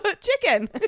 Chicken